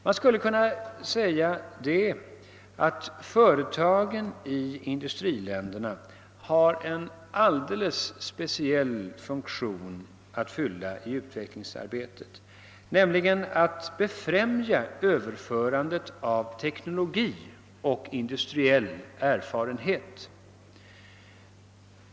Man skulle kunna säga att företagen i industriländerna har en alldeles speciell funktion att fylla i utvecklingsarbetet, nämligen att befrämja överförandet av teknologisk och industriell erfarenhet.